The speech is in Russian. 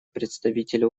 представителя